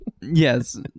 Yes